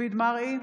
מופיד מרעי,